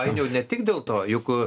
ainiau ne tik dėl to juk